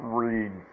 read